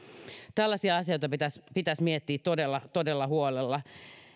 tällaisia asioita pitäisi pitäisi miettiä todella todella huolella